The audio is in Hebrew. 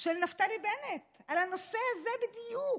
של נפתלי בנט על הנושא הזה בדיוק.